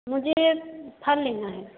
मुझे फल लेना है